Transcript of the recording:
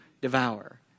devour